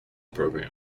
program